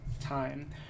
time